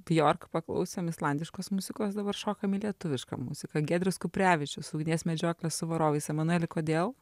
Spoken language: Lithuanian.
bjork paklausėm islandiškos muzikos dabar šokam į lietuvišką muziką giedrius kuprevičius ugnies medžioklė su varovais emanueli kodėl